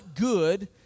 good